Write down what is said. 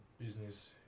business